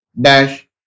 dash